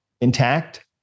intact